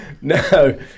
No